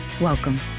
welcome